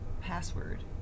password